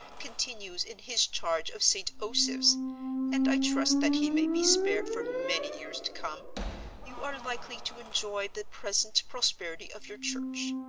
continues in his charge of st. osoph's and i trust that he may be spared for many years to come you are likely to enjoy the present prosperity of your church.